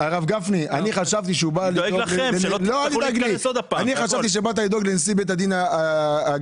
הרב גפני אני חשבתי שבאת לדאוג לנשיא בית הדין הגדול,